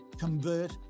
convert